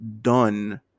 done